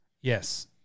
Yes